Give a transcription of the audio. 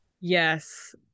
yes